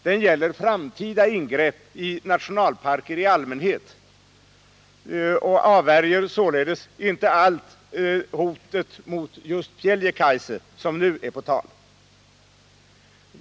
Den gäller framtida ingrepp i nationalparker i allmänhet och avvärjer således inte alls det hot mot just Pieljekaise som nu är på tal.